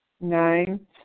Nine